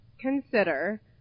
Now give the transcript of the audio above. consider